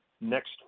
next